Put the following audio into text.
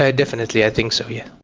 ah definitely i think so, yes.